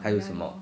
还有什么